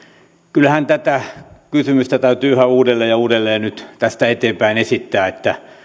kyllähän tätä kysymystä täytyy yhä uudelleen ja uudelleen nyt tästä eteenpäin esittää